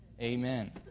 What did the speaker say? Amen